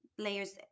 layers